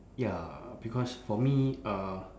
ya because for me uh